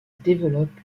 développe